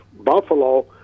Buffalo